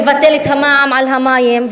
לבטל את המע"מ על המים,